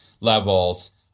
levels